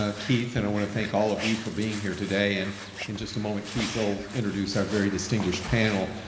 ah keith, and i want to thank all of you for being here today. and in just a moment, keith will introduce our very distinguished panel.